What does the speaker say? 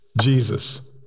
Jesus